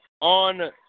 on